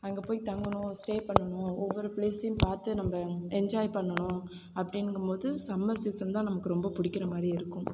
அங்கே போய் தங்கணும் ஸ்டே பண்ணணும் ஒவ்வொரு ப்ளேஸையும் பார்த்து நம்ம என்ஜாய் பண்ணணும் அப்படிங்கும் போது சம்மர் சீசன் தான் நமக்கு ரொம்ப பிடிக்கிற மாதிரி இருக்கும்